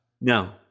No